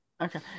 Okay